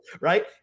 right